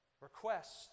requests